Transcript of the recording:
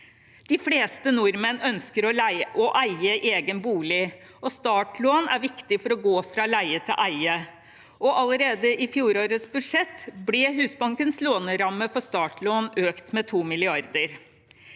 De fleste nordmenn ønsker å eie egen bolig, og startlån er viktig for å gå fra å leie til å eie. Allerede i fjorårets budsjett ble Husbankens låneramme for startlån økt med 2 mrd.